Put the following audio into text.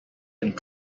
and